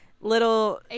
little